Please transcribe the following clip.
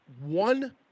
one